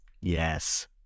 Yes